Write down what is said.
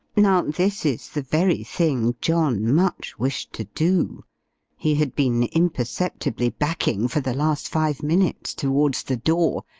now, this is the very thing john much wished to do he had been imperceptibly backing, for the last five minutes, towards the door,